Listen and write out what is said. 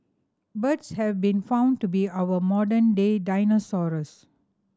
birds have been found to be our modern day dinosaurs